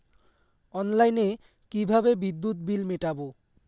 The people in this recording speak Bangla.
অনলাইনে কিভাবে বিদ্যুৎ বিল মেটাবো?